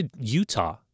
Utah